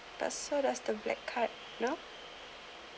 but so does the black card know